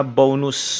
bonus